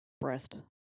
Breast